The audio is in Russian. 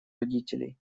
родителей